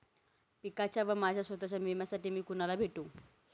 पिकाच्या व माझ्या स्वत:च्या विम्यासाठी मी कुणाला भेटू?